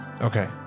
Okay